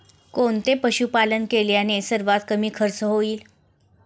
कोणते पशुपालन केल्याने सर्वात कमी खर्च होईल?